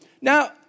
Now